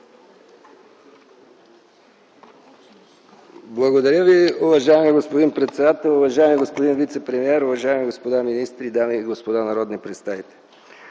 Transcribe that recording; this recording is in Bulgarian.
Благодаря, уважаеми господин председател. Уважаеми господин вицепремиер, уважаеми господа министри, дами и господа народни представители!